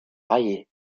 rayé